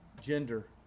gender